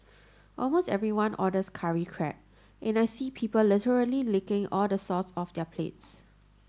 almost everyone orders curry crab and I see people literally licking all the sauce off their plates